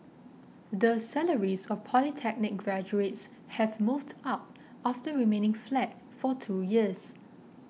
the salaries of polytechnic graduates have moved up after remaining flat for two years